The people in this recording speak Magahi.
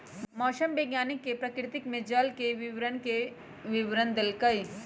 मौसम वैज्ञानिक ने प्रकृति में जल के वितरण के विवरण देल कई